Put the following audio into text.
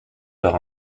par